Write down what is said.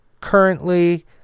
currently